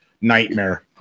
nightmare